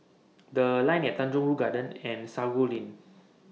The Line At Tanjong Rhu Garden Road and Sago Lane